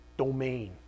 domain